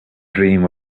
dream